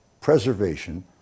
preservation